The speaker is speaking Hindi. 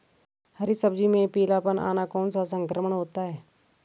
हरी सब्जी में पीलापन आना कौन सा संक्रमण होता है?